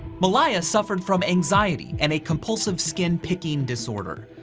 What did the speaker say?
malaya suffered from anxiety and a compulsive skin picking disorder.